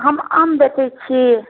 हम आम बेचैत छी